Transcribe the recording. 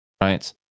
right